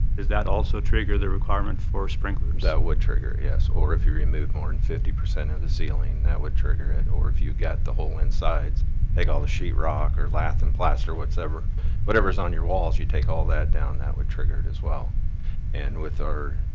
is that also trigger the requirement for? sprinklers that would trigger yes or if you remove more than and fifty percent of the ceiling that would trigger it or if you get the whole insides take all the sheetrock or lath and plaster whatsoever whatever's on your walls, you take all that down that would trigger it as well and with our